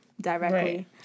directly